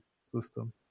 system